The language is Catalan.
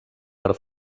per